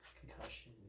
concussion